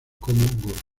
como